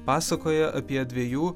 pasakoja apie dviejų